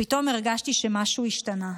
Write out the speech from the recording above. פתאום הרגשתי שמשהו השתנה.